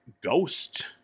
ghost